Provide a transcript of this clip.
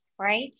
right